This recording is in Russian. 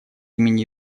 имени